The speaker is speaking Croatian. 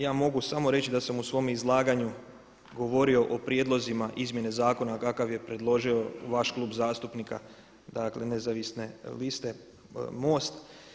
Ja mogu samo reći da sam u svom izlaganju govorio o prijedlozima izmjene zakona kakav je predložio vaš klub zastupnika dakle nezavisne liste MOST.